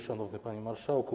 Szanowny Panie Marszałku!